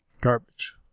Garbage